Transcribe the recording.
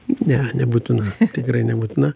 ne nebūtina tikrai nebūtina